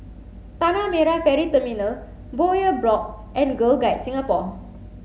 Tanah Merah Ferry Terminal Bowyer Block and Girl Guides Singapore